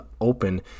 open